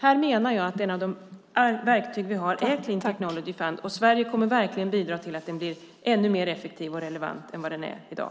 Här menar jag att ett av de verktyg vi har är Clean Technology Fund, och Sverige kommer verkligen att bidra till att den blir ännu mer effektiv och relevant än vad den är i dag.